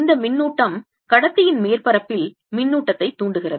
இந்த மின்னூட்டம் கடத்தியின் மேற்பரப்பில் மின்னூட்டத்தை தூண்டுகிறது